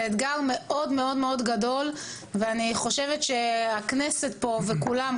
זה אתגר מאוד גדול ואני חושבת שהכנסת פה וכולם,